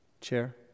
Chair